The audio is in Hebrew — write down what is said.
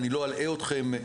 אני לא אלאה אתכם,